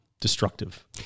destructive